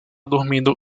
dormindo